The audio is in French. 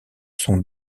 son